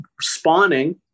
spawning